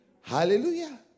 Hallelujah